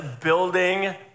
building